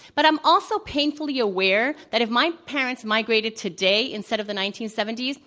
but i'm also painfully aware that if my parents migrated today instead of the nineteen seventy s,